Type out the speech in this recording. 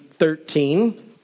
13